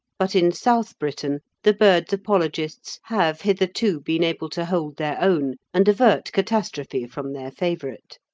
but in south britain the bird's apologists have hitherto been able to hold their own and avert catastrophe from their favourite.